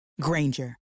Granger